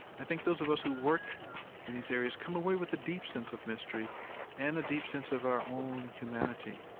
i think those of us who work in these areas come away with a deep sense of mystery and a deep sense of our own humanity.